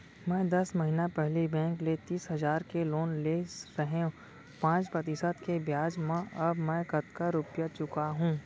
मैं दस महिना पहिली बैंक ले तीस हजार के लोन ले रहेंव पाँच प्रतिशत के ब्याज म अब मैं कतका रुपिया चुका हूँ?